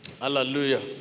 Hallelujah